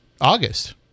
August